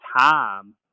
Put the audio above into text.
time